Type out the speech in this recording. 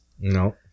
no